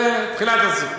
זה תחילת הסיפור.